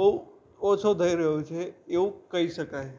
બહુ ઓછો થઈ રહ્યો છે એવું કહી શકાય